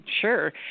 sure